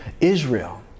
Israel